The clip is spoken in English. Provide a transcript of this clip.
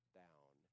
down